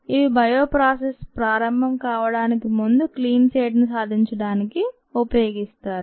ఇవి బయోప్రాసెస్ ప్రారంభం కావడానికి ముందు క్లీన్ స్లేట్ ని సాధించడానికి ఉపయోగిస్తారు